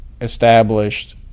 established